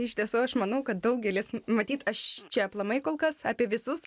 iš tiesų aš manau kad daugelis matyt aš čia aplamai kol kas apie visus